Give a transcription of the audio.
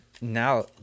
now